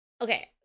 okay